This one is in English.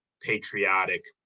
patriotic